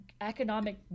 economic